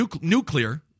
nuclear